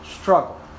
struggle